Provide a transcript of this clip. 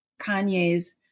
Kanye's